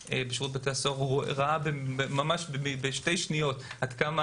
בשירות בתי הסוהר ראה בשתי שניות עד כמה